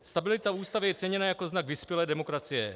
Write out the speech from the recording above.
Stabilita ústavy je ceněna jako znak vyspělé demokracie.